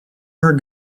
her